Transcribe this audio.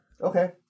Okay